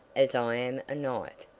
as i am a knight,